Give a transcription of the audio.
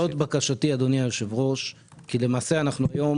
זאת בקשתי אדוני היושב ראש כי למעשה אנחנו היום